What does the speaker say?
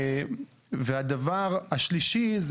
הדבר השלישי,